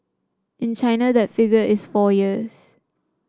in China that figure is four years